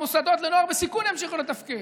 כדי שמוסדות לנוער בסיכון ימשיכו לתפקד,